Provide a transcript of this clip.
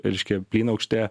reiškia plynaukštė